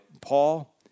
Paul